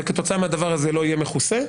וכתוצאה מהדבר הזה לא יהיה מכוסה.